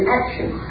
action